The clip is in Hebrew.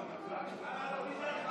קארה, לא כדאי לך.